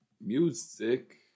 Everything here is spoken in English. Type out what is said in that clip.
music